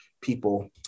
people